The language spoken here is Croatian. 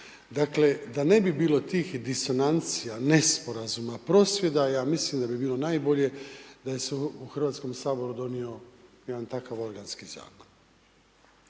Dakle da ne bi bilo tih disonancija, nesporazuma, prosvjeda ja mislim da bi bilo najbolje da se u Hrvatskom saboru donio jedan takav organski zakon.